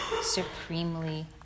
supremely